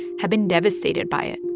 have been devastated by it.